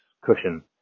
cushion